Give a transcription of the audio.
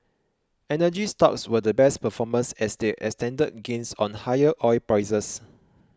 energy stocks were the best performers as they extended gains on higher oil prices